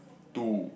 two